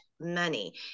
money